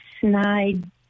snide